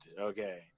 Okay